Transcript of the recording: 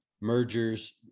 mergers